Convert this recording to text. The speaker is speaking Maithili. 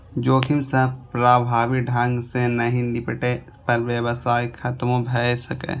जोखिम सं प्रभावी ढंग सं नहि निपटै पर व्यवसाय खतमो भए सकैए